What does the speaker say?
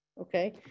okay